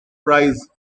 prize